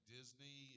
Disney